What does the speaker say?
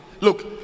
look